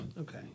Okay